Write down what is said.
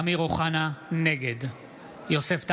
אמיר אוחנה, נגד יוסף טייב,